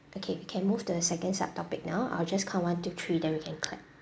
okay we can move to the second sub topic now I'll just count one two three then we can clap